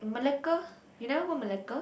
Malacca you never go Malacca